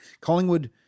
Collingwood